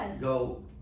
go